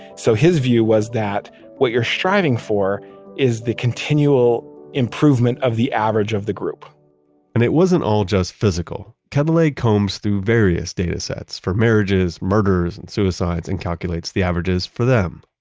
so his view was that what you're striving for is the continual improvement of the average of the group and it wasn't all just physical. kind of quetelet combs through various datasets for marriages, murders, and suicides, and calculates the averages for them.